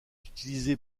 utilisée